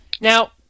Now